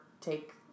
take